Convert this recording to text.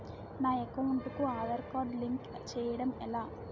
నా అకౌంట్ కు Aadhaar card link చేయడం ఎలా?